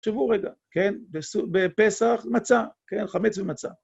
תחשבו רגע, כן? בפסח מצה, כן? חמץ ומצה.